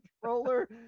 controller